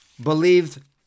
believed